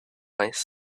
eyes